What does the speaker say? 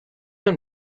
and